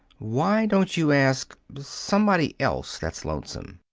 why don't you ask somebody else that's lonesome.